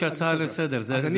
תגיש הצעה לסדר-היום.